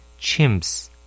Chimps